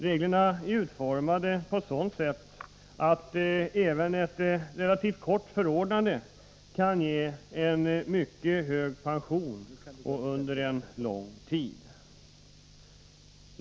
Reglerna är utformade på ett sådant sätt att även ett relativt kort förordnande kan ge en mycket hög pension under lång tid.